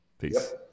Peace